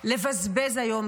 לבזבז היום,